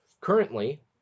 Currently